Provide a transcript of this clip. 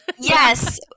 Yes